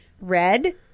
Red